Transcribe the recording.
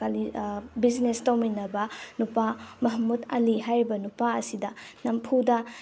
business ꯇꯧꯃꯤꯟꯅꯕ ꯅꯨꯄꯥ ꯃꯍꯃꯨꯠ ꯑꯂꯤ ꯍꯥꯏꯔꯤꯕ ꯅꯨꯄꯥ ꯑꯁꯤꯗ ꯅꯝꯐꯨꯗ